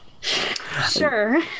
Sure